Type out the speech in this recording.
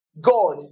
god